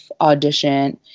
audition